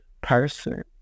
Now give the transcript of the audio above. person